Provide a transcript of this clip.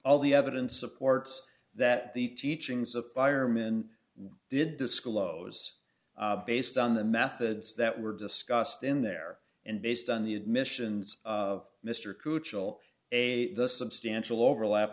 all the evidence supports that the teachings of firemen did disclose based on the methods that were discussed in there and based on the admissions of mr coo chal a substantial overlap